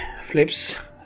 flips